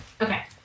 Okay